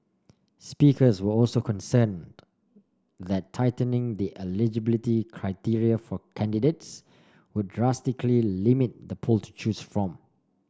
speakers were also concerned that tightening the eligibility criteria for candidates would drastically limit the pool to choose from